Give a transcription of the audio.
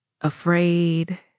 afraid